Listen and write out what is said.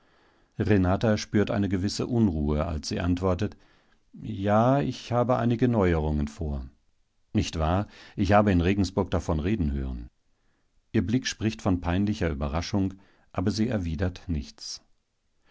renata spürt eine gewisse unruhe als sie antwortet ja ich habe einige neuerungen vor nicht wahr ich habe in regensburg davon reden hören ihr blick spricht von peinlicher überraschung aber sie erwidert nichts